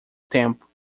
tempo